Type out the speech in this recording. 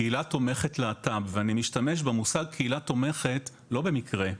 קהילה תומכת להט"ב ואני משתמש במושג "קהילה תומכת" לא במקרה.